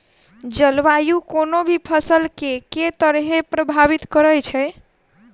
जलवायु कोनो भी फसल केँ के तरहे प्रभावित करै छै?